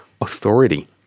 authority